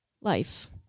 life